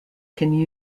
can